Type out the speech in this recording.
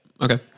Okay